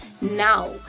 Now